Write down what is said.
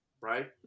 right